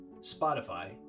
Spotify